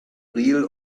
real